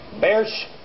Bears